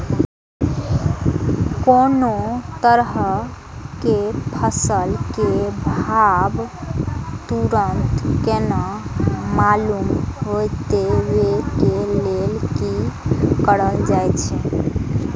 कोनो तरह के फसल के भाव तुरंत केना मालूम होते, वे के लेल की करल जाय?